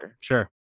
Sure